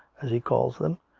as he called them,